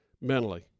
mentally